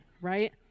right